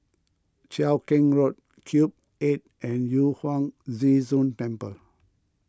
Cheow Keng Road Cube eight and Yu Huang Zhi Zun Temple